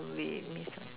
we miss